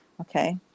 okay